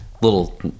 little